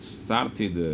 started